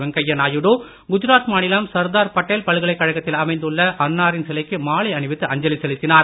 வெங்கையா நாயுடு குஜராத் மாநிலம் சர்தார் படேல் பல்கலைக்கழத்தில் அமைந்துள்ள அன்னாரின் சிலைக்கு மாலை அணிவித்து அஞ்சலி செலுத்தினார்